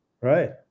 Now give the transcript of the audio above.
Right